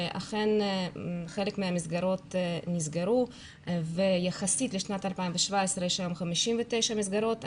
שאכן חלק מהמסגרות נסגרו ויחסית לשנת 2017 יש היום 59 מסגרות.